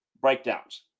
breakdowns